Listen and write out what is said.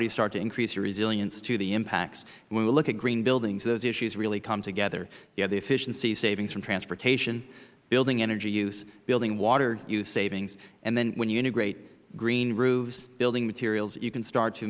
do you start to increase your resilience to the impacts when we look at green buildings those issues really come together you have the efficiency savings from transportation building energy use building water use savings and then when you integrate green roofs and building materials you can start to